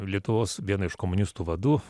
lietuvos vieną iš komunistų vadų